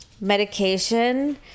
medication